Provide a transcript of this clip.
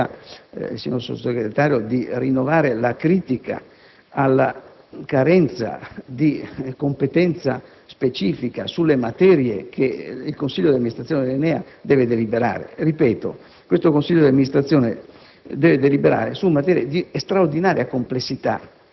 In ultimo, mi consenta, signor Sottosegretario, di rinnovare la critica alla carenza di competenza specifica in ordine alle materie che il consiglio d'amministrazione dell'ENEA deve deliberare. Ripeto, questo consiglio d'amministrazione